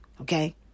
Okay